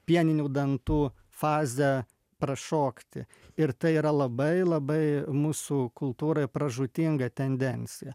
pieninių dantų fazę prašokti ir tai yra labai labai mūsų kultūrai pražūtinga tendencija